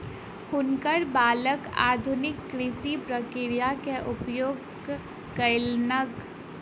हुनकर बालक आधुनिक कृषि प्रक्रिया के उपयोग कयलैन